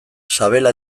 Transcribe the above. sabela